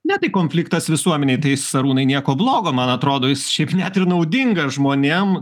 ne tai konfliktas visuomenėj tai jis arūnai nieko blogo man atrodo jis šiaip net ir naudinga žmonėm